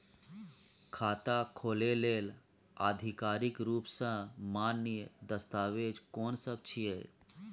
खाता खोले लेल आधिकारिक रूप स मान्य दस्तावेज कोन सब छिए?